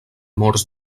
morts